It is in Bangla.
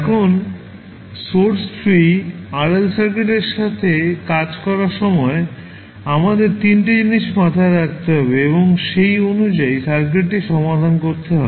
এখন সোর্স ফ্রি RL সার্কিটের সাথে কাজ করার সময় আমাদের 3 টি জিনিস মাথায় রাখতে হবে এবং সেই অনুযায়ী সার্কিটটি সমাধান করতে হবে